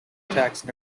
taxed